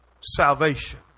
salvation